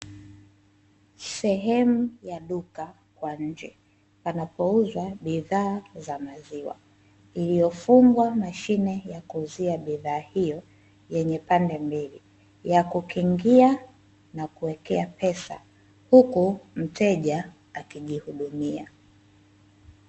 Sehemu ya duka kwa nje panapouzwa bidhaa za maziwa iliyofungwa mashine ya kuuzia bidhaa hiyo yenye pande, mbili ya kukiingia na kuwekea pesa huku mteja akijihudumia.